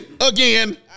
again